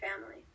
family